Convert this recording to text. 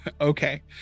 okay